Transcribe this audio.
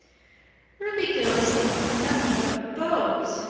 ruby gillis thinks of nothing but beaus,